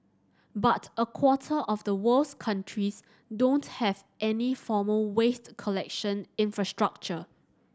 but a quarter of the world's countries don't have any formal waste collection infrastructure